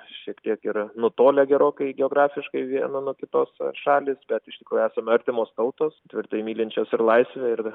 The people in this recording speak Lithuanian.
šiek tiek ir nutolę gerokai geografiškai viena nuo kitos šalys bet iš tikrųjų esame artimos tautos tvirtai mylinčios ir laisvę ir